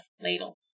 ladle